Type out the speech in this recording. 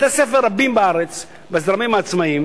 בתי-ספר רבים בארץ בזרמים העצמאיים